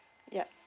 ya